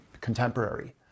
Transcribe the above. contemporary